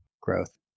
growth